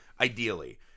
Ideally